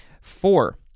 Four